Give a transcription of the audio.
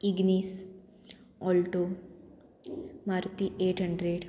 Ignis alto Maruti eight hundred